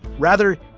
rather,